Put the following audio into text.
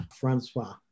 Francois